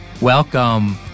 Welcome